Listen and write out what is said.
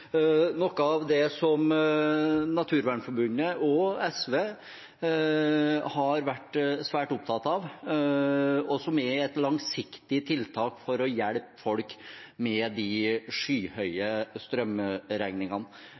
noe av det Naturvernforbundet og SV har vært svært opptatt av, og som er et langsiktig tiltak for å hjelpe folk med de skyhøye strømregningene.